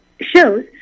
shows